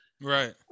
Right